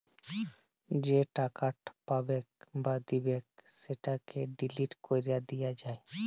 যে টাকাট পাবেক বা দিবেক সেটকে ডিলিট ক্যরে দিয়া যায়